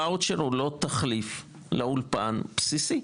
וואוצ'ר הוא לא תחליף לאולפן בסיסי.